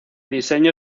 diseño